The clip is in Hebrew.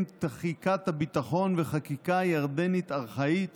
תחיקת ביטחון וחקיקה ירדנית ארכאית